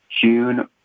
June